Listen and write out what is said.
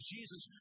Jesus